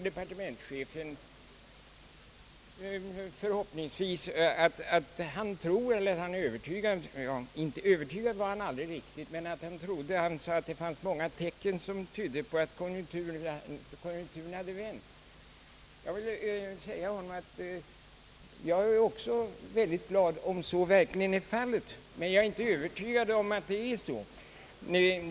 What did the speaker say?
Departementschefen sade att det fanns många tecken som tydde på att konjunkturerna hade vänt. Jag är också mycket glad om så verkligen vore fallet, men jag är inte övertygad om att det är så.